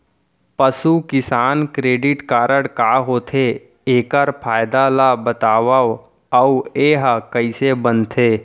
पसु किसान credit card का होथे, एखर फायदा ला बतावव अऊ एहा कइसे बनथे?